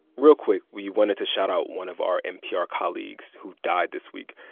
real quick. we wanted to shout out one of our npr colleagues who died this week.